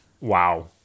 Wow